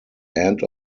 end